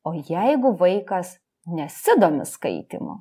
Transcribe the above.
o jeigu vaikas nesidomi skaitymu